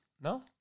No